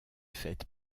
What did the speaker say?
fête